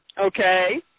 Okay